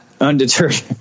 undeterred